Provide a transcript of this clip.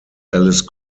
alice